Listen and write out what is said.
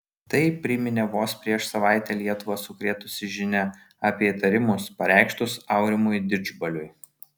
tai priminė vos prieš savaitę lietuvą sukrėtusi žinia apie įtarimus pareikštus aurimui didžbaliui